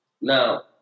now